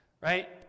right